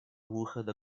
выхода